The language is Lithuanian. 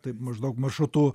taip maždaug maršrutu